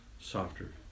softer